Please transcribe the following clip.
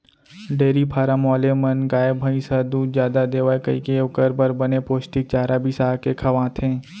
dairy farm वाले मन गाय, भईंस ह दूद जादा देवय कइके ओकर बर बने पोस्टिक चारा बिसा के खवाथें